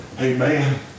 Amen